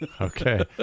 Okay